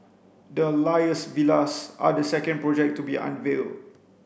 the Alias Villas are the second project to be unveiled